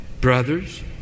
brothers